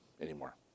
anymore